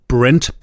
Brent